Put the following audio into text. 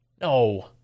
No